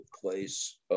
place